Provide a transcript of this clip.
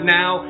now